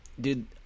Dude